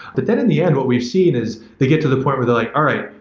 but then in the end what we've seen is they get to the point where they're like, all right,